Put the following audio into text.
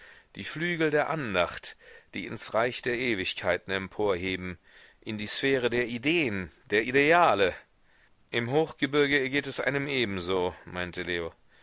die flügel der andacht die ins reich der ewigkeiten emporheben in die sphäre der ideen der ideale im hochgebirge ergeht es einem ebenso meinte leo